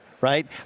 right